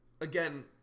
Again